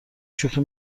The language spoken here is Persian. شوخی